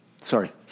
sorry